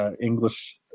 English